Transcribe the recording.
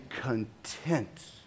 content